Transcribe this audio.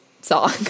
song